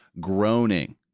groaning